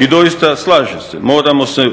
I doista, slažem se, moramo se